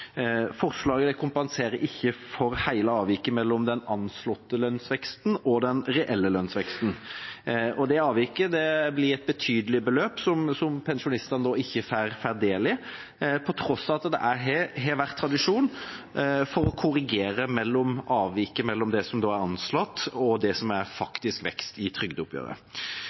avviket mellom den anslåtte lønnsveksten og den reelle lønnsveksten, og det avviket blir et betydelig beløp som pensjonistene nå ikke får del i, på tross av at det har vært tradisjon for å korrigere avviket mellom det som er anslått, og det som er faktisk vekst i trygdeoppgjøret.